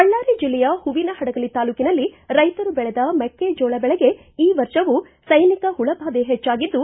ಬಳ್ಳಾರಿ ಜಿಲ್ಲೆಯ ಹೂವಿನಹಡಗಲಿ ತಾಲೂಕಿನಲ್ಲಿ ರೈತರು ಬೆಳೆದ ಮೆಕ್ಕೆಜೋಳ ಬೆಳೆಗೆ ಈ ವರ್ಷವೂ ಸೈನಿಕ ಹುಳಬಾಧೆ ಹೆಚ್ಚಾಗಿದ್ದು